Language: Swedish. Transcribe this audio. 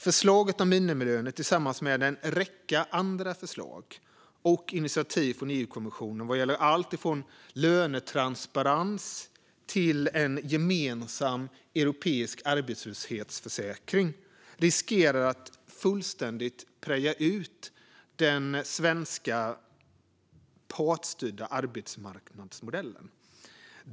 Förslaget om minimilöner tillsammans med en räcka andra förslag och initiativ från EU-kommissionen vad gäller allt från lönetransparens till en gemensam europeisk arbetslöshetsförsäkring riskerar att fullständigt preja ut den svenska partsstyrda arbetsmarknadsmodellen.